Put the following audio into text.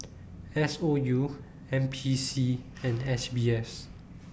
S O U N P C and S B S